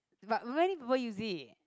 but many people use it